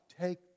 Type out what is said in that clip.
take